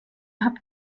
habt